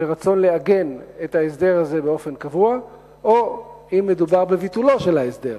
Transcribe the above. ברצון לעגן את ההסדר הזה באופן קבוע בין אם מדובר בביטולו של ההסדר.